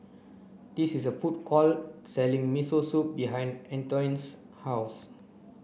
this is a food court selling Miso Soup behind Antione's house